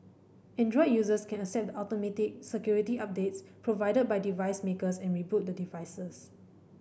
Android users can accept the automatic security updates provided by device makers and reboot the devices